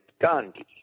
Gandhi